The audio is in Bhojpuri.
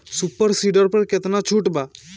सुपर सीडर पर केतना छूट बा?